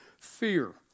fear